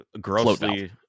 grossly